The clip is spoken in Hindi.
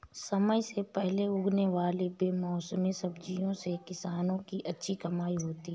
समय से पहले उगने वाले बेमौसमी सब्जियों से किसानों की अच्छी कमाई होती है